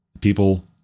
People